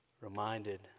reminded